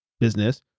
business